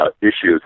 issues